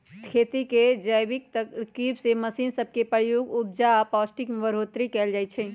खेती के जैविक तरकिब में मशीन सब के प्रयोग से उपजा आऽ पौष्टिक में बढ़ोतरी कएल जाइ छइ